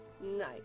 nice